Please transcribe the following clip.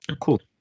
Cool